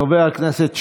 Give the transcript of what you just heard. חבר הכנסת שיין.